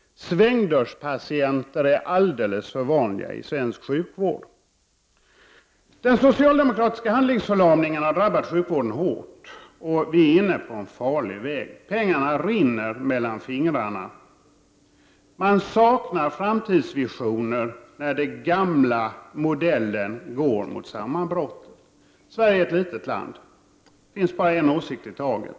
Svängdörrspatienter är alldeles för vanliga i svensk sjukvård. Den socialdemokratiska handlingsförlamningen har drabbat sjukvården hårt och vi är inne på en farlig väg. Pengarna rinner mellan fingrarna. Man saknar framtidsvisioner när den gamla modellen går mot sammanbrott. Sverige är ett litet land. Det finns bara en åsikt i taget.